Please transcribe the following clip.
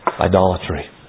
Idolatry